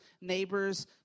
neighbors